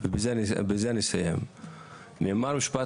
שומעים את